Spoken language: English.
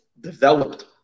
developed